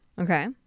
Okay